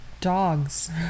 Dogs